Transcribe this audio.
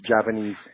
Japanese